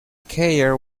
cairn